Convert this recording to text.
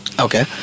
okay